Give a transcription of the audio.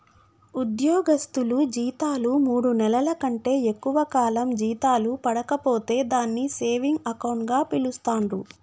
ఉద్యోగస్తులు జీతాలు మూడు నెలల కంటే ఎక్కువ కాలం జీతాలు పడక పోతే దాన్ని సేవింగ్ అకౌంట్ గా పిలుస్తాండ్రు